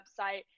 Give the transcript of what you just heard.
website